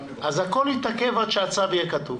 אז הכול יתעכב עד שהצו יהיה כתוב